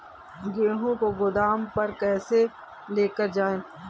गेहूँ को गोदाम पर कैसे लेकर जाएँ?